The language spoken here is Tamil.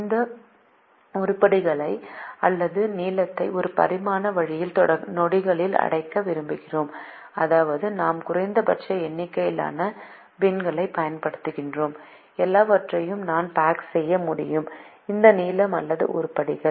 இந்த உருப்படிகளை அல்லது நீளத்தை ஒரு பரிமாண வழியில் தொட்டிகளில் அடைக்க விரும்புகிறேன் அதாவது நான் குறைந்தபட்ச எண்ணிக்கையிலான பின்களைப் பயன்படுத்துகிறேன் எல்லாவற்றையும் நான் பேக் செய்ய முடியும் இந்த நீளம் அல்லது உருப்படிகள்